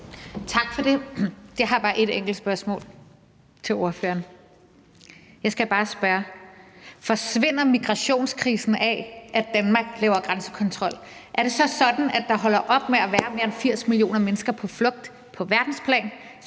Tak for det. Jeg har bare et enkelt spørgsmål til ordføreren. Jeg skal bare spørge: Forsvinder migrationskrisen af, at Danmark laver grænsekontrol? Er det så sådan, at der holder op med at være mere end 80 millioner mennesker på flugt på verdensplan,